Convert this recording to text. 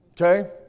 okay